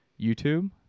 YouTube